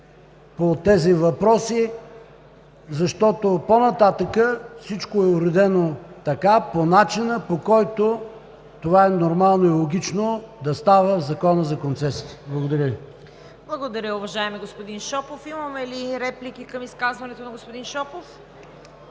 по тези въпроси, защото по-нататък всичко е уредено по начина, по който това е нормално и логично да става в Закона за концесиите. Благодаря Ви. ПРЕДСЕДАТЕЛ ЦВЕТА КАРАЯНЧЕВА: Благодаря, уважаеми господин Шопов. Има ли реплики към изказването на господин Шопов?